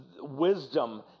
wisdom